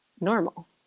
normal